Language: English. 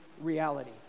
reality